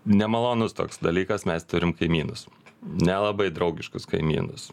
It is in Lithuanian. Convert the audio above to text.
nemalonus toks dalykas mes turim kaimynus nelabai draugiškus kaimynus